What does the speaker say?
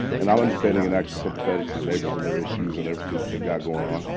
and i'm understanding and actually sympathetic to the neighbors and their issues and everything they've got going on.